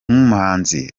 nk’umuhanzi